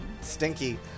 Stinky